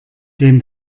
dem